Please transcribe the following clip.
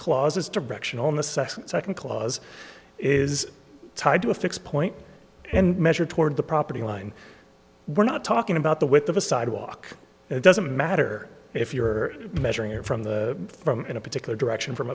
necessity second clause is tied to a fixed point and measure toward the property line we're not talking about the width of a sidewalk it doesn't matter if you're measuring it from the from in a particular direction from